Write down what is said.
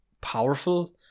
powerful